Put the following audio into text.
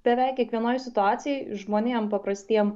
beveik kiekvienoj situacijoj žmonėm paprastiem